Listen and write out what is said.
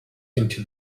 into